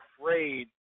afraid